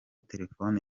telefone